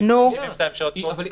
72 שעות קודם.